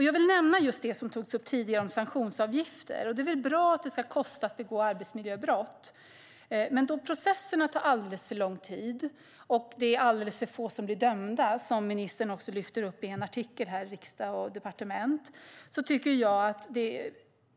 Jag vill ta upp det som sades tidigare om sanktionsavgifter. Det är bra att det ska kosta att begå arbetsmiljöbrott. Processerna tar dock alldeles för lång tid, och alldeles för få blir dömda, vilket ministern också lyfte upp i en artikel i Riksdag & Departement.